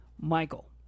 Michael